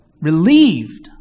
relieved